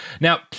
Now